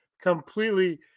completely –